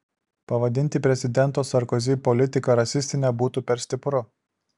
pavadinti prezidento sarkozi politiką rasistine būtų per stipru